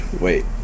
Wait